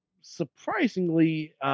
surprisingly